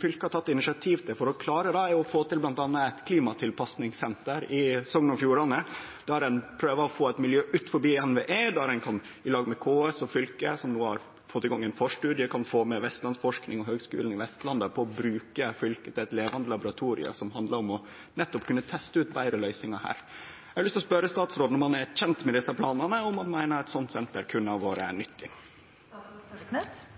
fylka har tatt initiativ til for å klare det, er å få til eit klimatilpassingssenter i Sogn og Fjordane – der ein prøver å få eit miljø utanfor NVE, der ein i lag med KS og fylket, som no har fått i gang ein forstudie, kan få med Vestlandsforsking og Høgskulen på Vestlandet på å bruke fylket til eit levande laboratorium, noko som handlar om nettopp å kunne teste ut betre løysingar. Eg har lyst til å spørje statsråden om han er kjend med desse planane, og om han meiner eit slikt senter kunne ha vore